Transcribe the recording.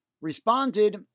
responded